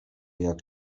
jak